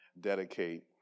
dedicate